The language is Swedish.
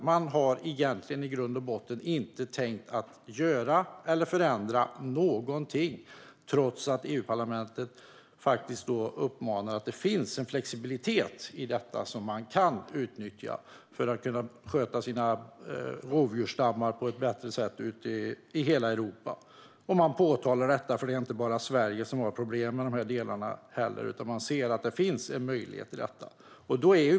Man har i grund och botten inte tänkt göra eller förändra någonting, trots att EU-parlamentet faktiskt säger att det finns en flexibilitet i detta som man kan utnyttja för att kunna sköta sina rovdjursstammar på ett bättre sätt i hela Europa. Man påpekar detta, för det är inte bara Sverige som har problem; man ser att det finns en möjlighet i detta.